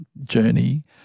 journey